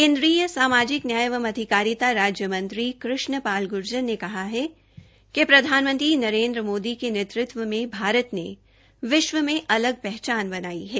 केन्द्रीय सामाजिक न्याय एवं अधिकारिता राज्य मंत्री कृष्णपाल गुर्जर ने कहा है कि प्रधानमंत्री नरेन्द्र मोदी के नेतृत्व में भारत ने विष्व में अलग पहचान बनाई है